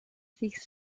sich